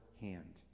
hand